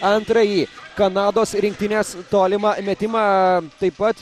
antrąjį kanados rinktinės tolimą metimą taip pat